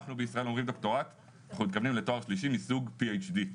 כשאנחנו בישראל אומרים דוקטורט אנחנו מתכוונים לתואר שלישי מסוג Ph.D.,